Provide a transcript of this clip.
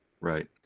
right